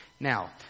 Now